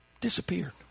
disappeared